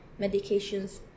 medications